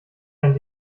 einen